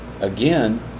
Again